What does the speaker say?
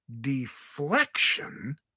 deflection